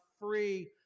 free